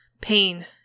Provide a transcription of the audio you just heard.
Pain